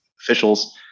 officials